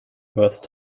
burst